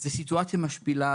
זו סיטואציה משפילה,